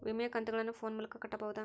ವಿಮೆಯ ಕಂತುಗಳನ್ನ ಫೋನ್ ಮೂಲಕ ಕಟ್ಟಬಹುದಾ?